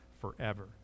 forever